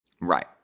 Right